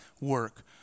work